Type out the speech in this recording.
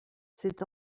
c’est